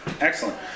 Excellent